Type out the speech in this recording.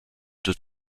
deux